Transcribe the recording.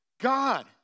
God